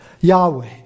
Yahweh